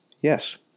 Yes